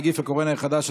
נגף הקורונה החדש),